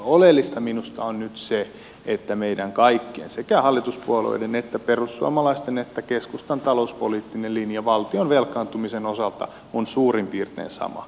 oleellista minusta on nyt se että meidän kaikkien sekä hallituspuolueiden että perussuomalaisten että keskustan talouspoliittinen linja valtion velkaantumisen osalta on suurin piirtein sama